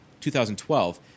2012